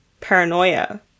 paranoia